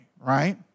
right